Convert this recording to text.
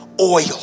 oil